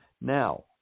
now